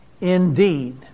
indeed